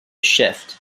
shift